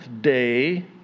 day